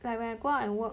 like when I go out and work